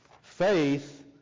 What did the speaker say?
Faith